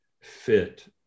fit